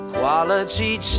Quality